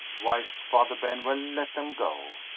wise father benwell let them go,